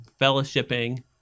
fellowshipping